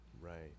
Right